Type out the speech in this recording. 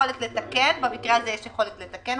יכולת לתקן ובמקרה הזה אולי יש יכולת לתקן.